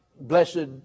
blessed